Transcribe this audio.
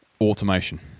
Automation